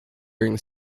during